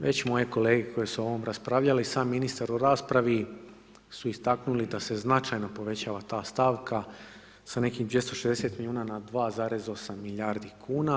Već moje kolege koje su o ovome raspravljali, sa ministrom u raspravi su istaknuli da se značajno povećava ta stavka sa nekih 260 milijuna na 2,8 milijardi kn.